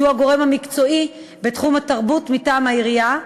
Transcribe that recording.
שהוא הגורם המקצועי בתחום התרבות מטעם העירייה.